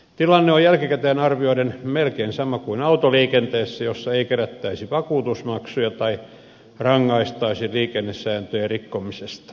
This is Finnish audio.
tilanne on jälkikäteen arvioiden melkein sama kuin autoliikenteessä jossa ei kerättäisi vakuutusmaksuja tai rangaistaisi liikennesääntöjen rikkomisesta